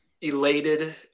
elated